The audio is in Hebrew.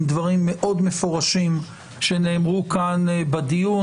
דברים מאוד מפורשים שנאמרו כאן בדיון,